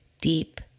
deep